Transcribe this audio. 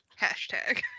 Hashtag